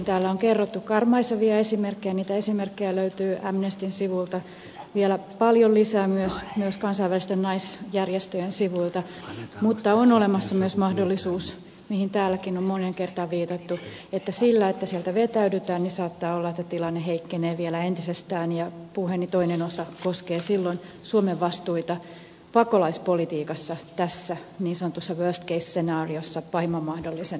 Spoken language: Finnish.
täällä on kerrottu karmaisevia esimerkkejä niitä esimerkkejä löytyy amnestyn sivuilta vielä paljon lisää myös kansainvälisten naisjärjestöjen sivuilta mutta on olemassa myös mahdollisuus mihin täälläkin on moneen kertaan viitattu että sillä että sieltä vetäydytään saattaa olla että tilanne heikkenee vielä entisestään ja puheeni toinen osa koskee silloin suomen vastuita pakolaispolitiikassa tässä niin sanotussa worst case scenariossa pahimman mahdollisen tilanteessa